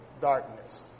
darkness